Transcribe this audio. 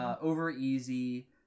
over-easy